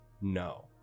No